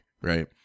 Right